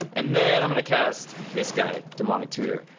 and then i'm gonna cast this guy, demonic tutor,